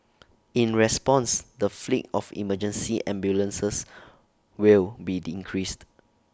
in response the fleet of emergency ambulances will be increased